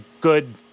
good